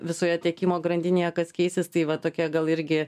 visoje tiekimo grandinėje kas keisis tai va tokia gal irgi